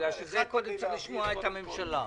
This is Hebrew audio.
בגלל שקודם צריך לשמוע את הממשלה.